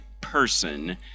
person